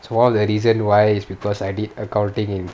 so one of the reason why is because I did accounting in